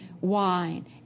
wine